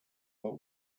but